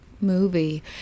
movie